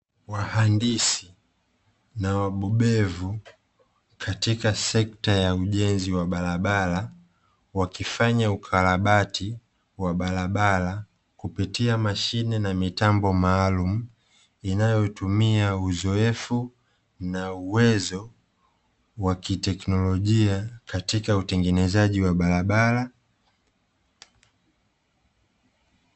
Wahandisi na wabobevu katika sekta ya ujenzi wa barabara, wakifanya ukarabati wa barabara kupitia mashine na mitambo maalumu inayotumia uzoefu na uwezo wa kiteknolojia katika utengenezaji wa barabara.